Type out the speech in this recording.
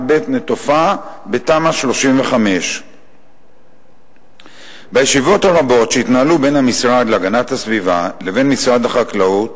בית-נטופה' בתמ"א 35". בישיבות הרבות של המשרד להגנת הסביבה ומשרד החקלאות